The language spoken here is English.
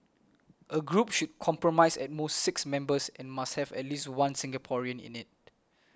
a group should comprise at most six members and must have at least one Singaporean in it